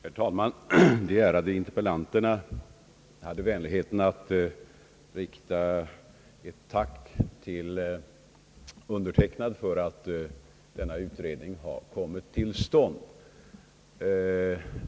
Herr talman! De”ärade frågeställarna hade vänligheten att rikta ett tack till mig för att denna utredning har kommit till stånd.